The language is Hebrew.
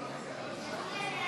58